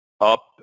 up